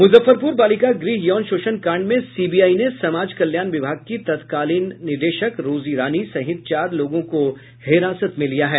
मुजफ्फरपुर बालिका गृह यौन शोषण कांड में सीबीआई ने समाज कल्याण विभाग की तत्कालीन निदेशक रोजी रानी सहित चार लोगों को हिरासत में लिया है